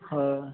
ਹਾਂ